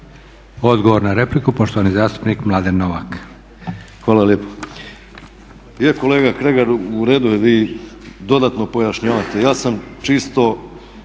Odgovor na repliku, poštovani zastupnik Mladen Novak.